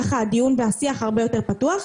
ככה הדיון והשיח הרבה יותר פתוח.